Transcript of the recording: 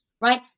right